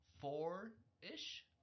four-ish